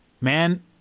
man